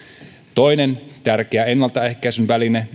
toinen tärkeä ennaltaehkäisyn väline